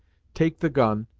take the gun,